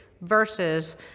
versus